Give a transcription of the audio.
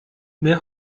mehr